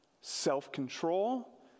self-control